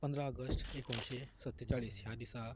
पंदरा ऑगश्ट एकोणशें सत्तेचाळीस ह्या दिसा